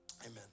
amen